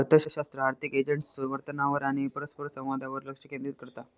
अर्थशास्त्र आर्थिक एजंट्सच्यो वर्तनावर आणि परस्परसंवादावर लक्ष केंद्रित करता